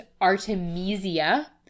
Artemisia